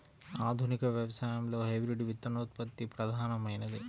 ఆధునిక వ్యవసాయంలో హైబ్రిడ్ విత్తనోత్పత్తి ప్రధానమైనది